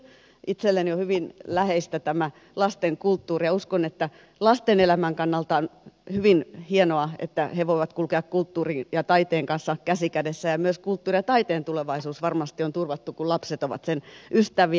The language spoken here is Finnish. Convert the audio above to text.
itselleni on hyvin läheistä tämä lasten kulttuuri ja uskon että lasten elämän kannalta on hyvin hienoa että he voivat kulkea kulttuurin ja taiteen kanssa käsi kädessä ja myös kulttuurin ja taiteen tulevaisuus varmasti on turvattu kun lapset ovat sen ystäviä